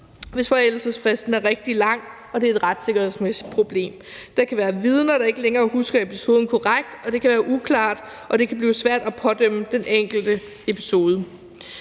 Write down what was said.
hvis forældelsesfristen er rigtig lang, og det er et retssikkerhedsmæssigt problem. Der kan være vidner, der ikke længere husker episoden korrekt, eller det kan være uklart, og det kan blive svært at pådømme den enkelte episode.